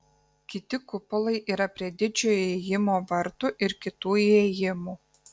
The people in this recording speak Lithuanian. kiti kupolai yra prie didžiojo įėjimo vartų ir kitų įėjimų